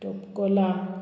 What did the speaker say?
तपकोला